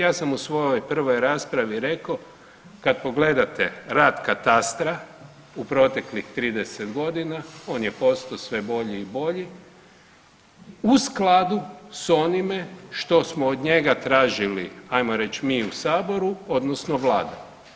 Ja sam u svojoj prvoj raspravi rekao kad pogledate rad katastra u proteklih 30.g. on je postao sve bolji i bolji u skladu s onime što smo od njega tražili, ajmo reć mi u saboru odnosno vlada.